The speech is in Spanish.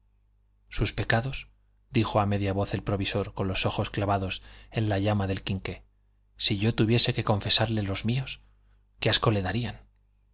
sus pecados dijo a media voz el provisor con los ojos clavados en la llama del quinqué si yo tuviese que confesarle los míos qué asco le darían